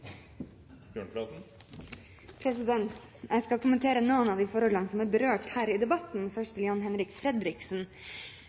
flott! Jeg skal kommentere noen av de forholdene som er berørt her i debatten. Først